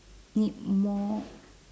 need more